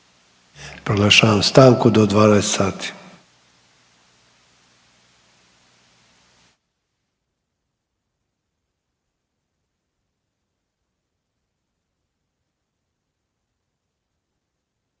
Proglašavam stanku do 12 sati.